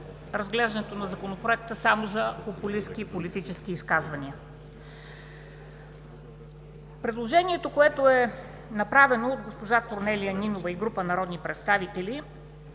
разглеждането на Законопроекта само за популистки и политически изказвания. Предложението, което е направено от госпожа Корнелия Нинова и група народни представители,